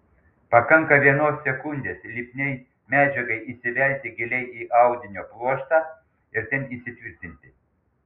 pakanka vienos sekundės lipniai medžiagai įsivelti giliai į audinio pluoštą ir ten įsitvirtinti